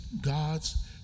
God's